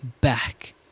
back